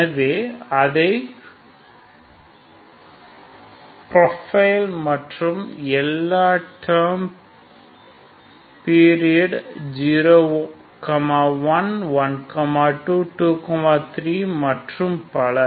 எனவே அதே ப்ரொபைல் மற்றும் எல்லா டேர்ம் பீரியட் 011223 மற்றும் பல